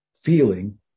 feeling